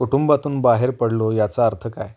कुटुंबातून बाहेर पडलो याचा अर्थ काय